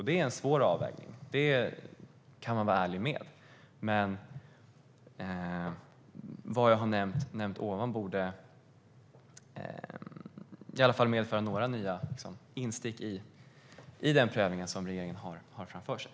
Det är en svår avvägning - det kan jag medge. Men vad jag har nämnt tidigare borde i alla fall medföra några nya inspel i den prövning som regeringen har framför sig.